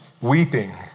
weeping